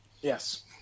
Yes